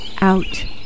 out